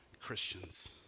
Christians